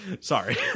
sorry